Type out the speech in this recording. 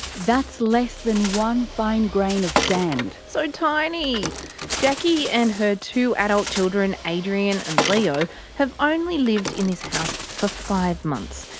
that's less than one fine grain of sand. so tiny! so jackie and her two adult children adrian and leo have only lived in this house for five months.